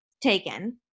taken